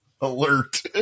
alert